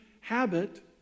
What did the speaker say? habit